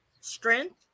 strength